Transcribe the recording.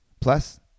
Plus